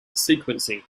sequencing